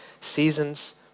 seasons